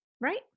Right